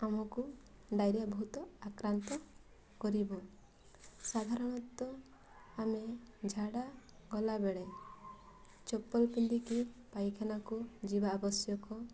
ଆମକୁ ଡାଇରିଆ ବହୁତ ଆକ୍ରାନ୍ତ କରିବ ସାଧାରଣତଃ ଆମେ ଝାଡ଼ା ଗଲା ବେଳେ ଚପଲ ପିନ୍ଧିକି ପାଇଖାନାକୁ ଯିବା ଆବଶ୍ୟକ